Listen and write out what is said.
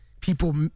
people